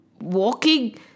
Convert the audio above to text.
walking